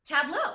tableau